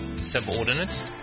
subordinate